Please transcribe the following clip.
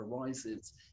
arises